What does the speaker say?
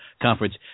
conference